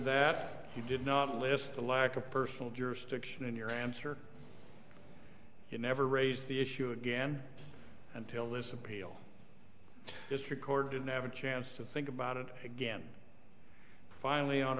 that he did not list the lack of personal jurisdiction in your answer you never raise the issue again until this appeal is recorded navid chance to think about it again finally on